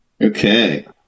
Okay